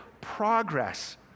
Progress